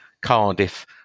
Cardiff